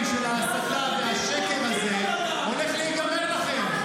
של ההסתה והשקר הזה הולך להיגמר לכם.